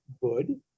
good